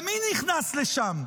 ומי נכנס לשם?